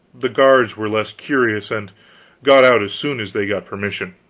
the guards were less curious, and got out as soon as they got permission.